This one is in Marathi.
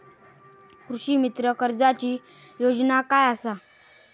कृषीमित्र कर्जाची योजना काय असा?